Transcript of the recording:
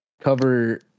cover